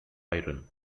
iron